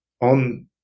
on